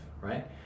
right